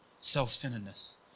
self-centeredness